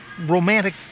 romantic